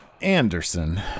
Anderson